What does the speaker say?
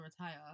retire